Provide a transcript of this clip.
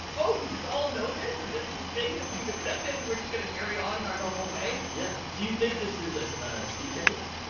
oh, we just all know this, and this is the thing that we've accepted, and we're just going to carry on in our normal way yeah. do you think this is a ah sea change?